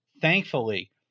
Thankfully